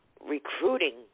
recruiting